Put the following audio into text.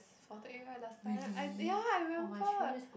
salted egg right last time I ya I remember